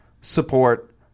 support